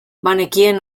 banekien